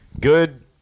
good